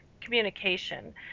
communication